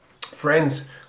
Friends